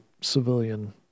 civilian